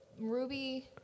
Ruby